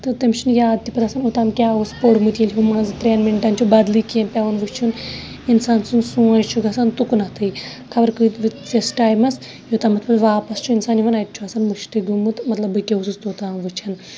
تہٕ تٔمِس چھُنہٕ یاد تہِ پَتہٕ آسان اوٚتام کیاہ اوس پوٚرمُت ییٚلہِ ہُمہِ مَنٛز ترٛٮ۪ن مِنٹن چھُ بدلٕی کیٚنٛہہ پیوان وٕچھن اِنسان سُند سونچ چھُ گَژھان تُکنَتھٕے خبر کۭتِس ٹایمَس یوٚتامَتھ نہٕ واپَس چھُ اِنسان یِوان اَتہِ چھُ آسان مٔشتی گوٚمُت مطلب بہٕ کیاہ اوسُس توٚتانۍ وٕچھان